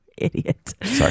idiot